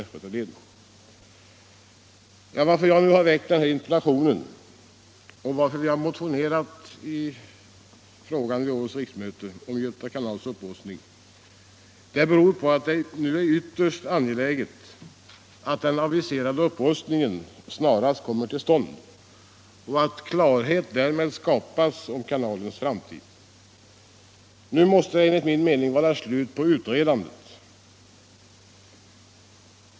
Anledningen till att jag nu har ställt denna interpellation och till att vi vid årets riksmöte har motionerat om Göta kanals upprustning är att det nu är ytterst angeläget att den aviserade upprustningen snarast kommer till stånd och att klarhet därmed skapas om kanalens framtid. Nu måste det enligt min mening vara slut på utredandet.